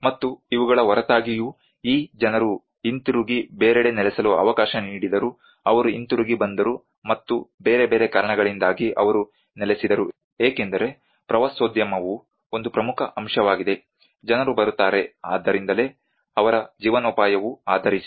ಮತ್ತು ಇವುಗಳ ಹೊರತಾಗಿಯೂ ಈ ಜನರು ಹಿಂತಿರುಗಿ ಬೇರೆಡೆ ನೆಲೆಸಲು ಅವಕಾಶ ನೀಡಿದ್ದರೂ ಅವರು ಹಿಂತಿರುಗಿ ಬಂದರು ಮತ್ತು ಬೇರೆ ಬೇರೆ ಕಾರಣಗಳಿಂದಾಗಿ ಅವರು ನೆಲೆಸಿದರು ಏಕೆಂದರೆ ಪ್ರವಾಸೋದ್ಯಮವು ಒಂದು ಪ್ರಮುಖ ಅಂಶವಾಗಿದೆ ಜನರು ಬರುತ್ತಾರೆ ಅದರಿಂದಲೇ ಅವರ ಜೀವನೋಪಾಯವು ಆಧರಿಸಿದೆ